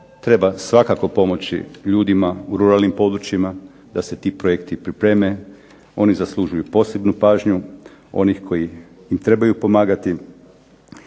treba svakako pomoći ljudima u ruralnim područjima da se ti projekti pripreme. Oni zaslužuju posebnu pažnju onih koji im trebaju pomagati.